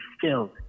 filled